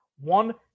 One